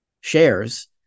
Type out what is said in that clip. shares